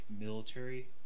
military